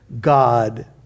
God